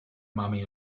mommy